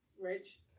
Rich